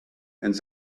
and